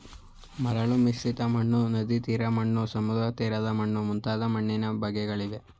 ಮರಳು ಮಿಶ್ರಿತ ಮಣ್ಣು, ನದಿತೀರದ ಮಣ್ಣು, ಸಮುದ್ರತೀರದ ಮಣ್ಣು ಮುಂತಾದ ಮಣ್ಣಿನ ಬಗೆಗಳಿವೆ